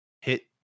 hit